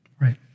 Right